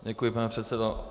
Děkuji, pane předsedo.